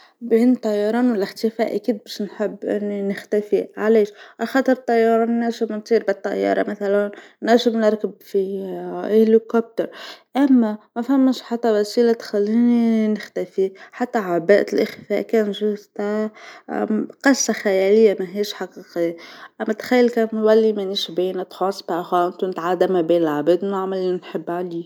بين الطيران والإختفاء أكيد باش نختفي، نحب أني نختفي، علاش، علاخاطر الطيران نجم نطير بالطيراه مثلا، نجم نركب في مروحة، أما ما ثمش حتى وسيله تخليني نختفي، حتى عباءة الإختفاء كانت مجرد قصه خياليه ماهيش حقيقيه، أما تخيل كان نولي كامل مانيش باينة شفافه ونتعدى ما بين العباد ونعمل اللي نحب عادي.